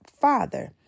father